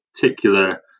particular